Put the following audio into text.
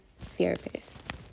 therapist